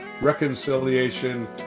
reconciliation